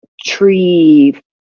tree